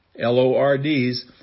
L-O-R-D's